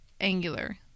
angular